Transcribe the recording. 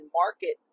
market